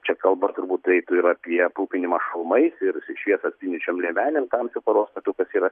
čia kalba turbūt eitų ir apie aprūpinimą šalmais ir išsišiepęs švytinčiom liemenėm tamsiu paros metu kas yra